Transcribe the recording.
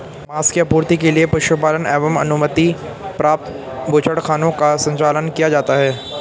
माँस की आपूर्ति के लिए पशुपालन एवं अनुमति प्राप्त बूचड़खानों का संचालन किया जाता है